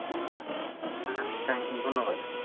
আচ্ছা হ্যাঁ thank you ধন্যবাদ